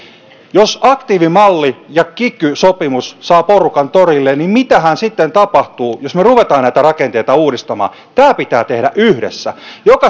jos aktiivimalli ja kiky sopimus saavat porukan torille niin mitähän sitten tapahtuu jos me me rupeamme näitä rakenteita uudistamaan tämä pitää tehdä yhdessä